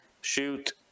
shoot